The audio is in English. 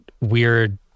weird